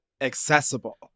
accessible